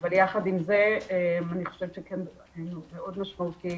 אבל יחד עם זה אני חושבת שמאוד משמעותי